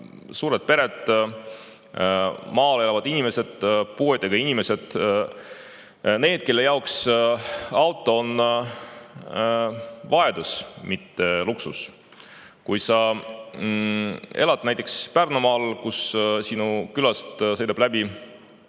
Suured pered, maal elavad inimesed, puuetega inimesed – nende jaoks on auto vajadus, mitte luksus. Kui sa elad näiteks Pärnumaal ja sinu külast sõidab läbi